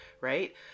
right